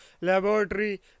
Laboratory